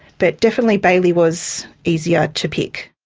but definitely bailey was easier to pick.